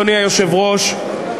אדוני היושב-ראש,